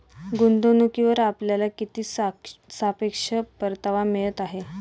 गुंतवणूकीवर आपल्याला किती सापेक्ष परतावा मिळत आहे?